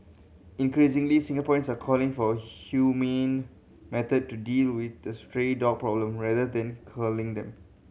increasingly Singaporeans are calling for humane method to deal with the stray dog problem rather than culling them